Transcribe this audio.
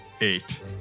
Eight